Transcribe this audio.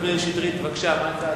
בבקשה.